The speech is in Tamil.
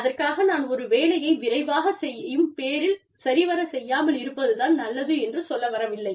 அதற்காக நான் ஒரு வேலையை விரைவாகச் செய்யும் பேரில் சரிவரச் செய்யாமல் இருப்பது தான் நல்லது என்று சொல்ல வரவில்லை